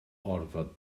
orfod